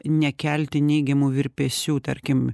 nekelti neigiamų virpesių tarkim